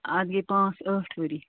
اَتھ گٔے پانٛژھ ٲٹھ ؤری